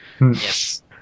Yes